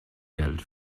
geld